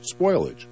spoilage